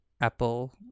Apple